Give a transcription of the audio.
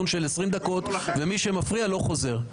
ומי שמפריע לא חוזר.